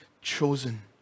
chosen